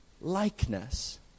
likeness